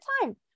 time